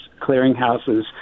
clearinghouses